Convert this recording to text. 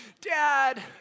Dad